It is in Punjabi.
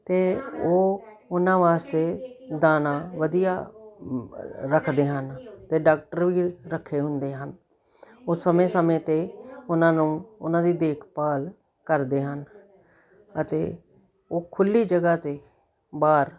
ਅਤੇ ਉਹ ਉਹਨਾਂ ਵਾਸਤੇ ਦਾਣਾ ਵਧੀਆ ਰੱਖਦੇ ਹਨ ਅਤੇ ਡਾਕਟਰ ਵੀ ਰੱਖੇ ਹੁੰਦੇ ਹਨ ਉਹ ਸਮੇਂ ਸਮੇਂ 'ਤੇ ਉਹਨਾਂ ਨੂੰ ਉਹਨਾਂ ਦੀ ਦੇਖਭਾਲ ਕਰਦੇ ਹਨ ਅਤੇ ਉਹ ਖੁੱਲ੍ਹੀ ਜਗ੍ਹਾ 'ਤੇ ਬਾਹਰ